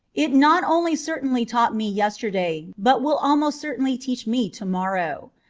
it not only certainly taught me yesterday, but will almost certainly teach me to-morrow.